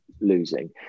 losing